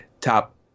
top